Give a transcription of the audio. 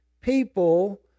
people